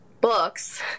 books